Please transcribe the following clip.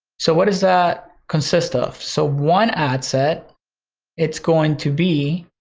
so what does that consist of? so one adset it's going to be,